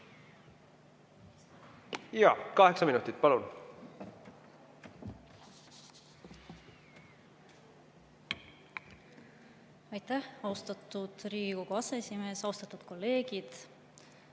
Kaheksa minutit, palun! Aitäh, austatud Riigikogu aseesimees! Austatud kolleegid!